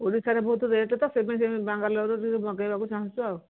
ଓଡ଼ିଶାରେ ବହୁତ ରେଟ୍ ତ ସେଥିପାଇଁ ସେଥିପାଇଁ ବାଙ୍ଗାଲୋର୍ରୁ ଟିକେ ମଗେଇବାକୁ ଚାହୁଁଛୁ ଆଉ